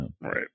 Right